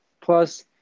Plus